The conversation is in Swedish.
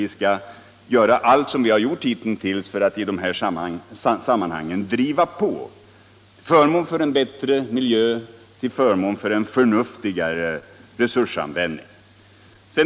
Vi skall liksom tidigare göra allt vi kan för att i de här sammanhangen driva på utvecklingen till förmån för en bättre miljö och en förnuftigare resursanvändning.